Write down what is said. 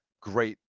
great